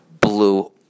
blue